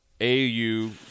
AU